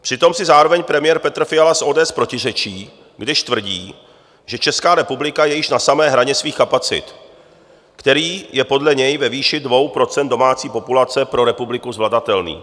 Přitom si zároveň premiér Petr Fiala z ODS protiřečí, když tvrdí, že Česká republika je již na samé hraně svých kapacit, který (?) je podle něj ve výši 2 % domácí populace pro republiku zvladatelný.